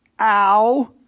ow